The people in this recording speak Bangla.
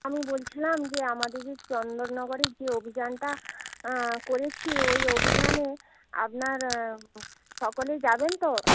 আমি বলছিলাম যে আমাদের যে চন্দননগরের যে অভিযানটা করেছি ওই অভিযানে আপনার সকলেই যাবেন তো